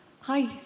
hi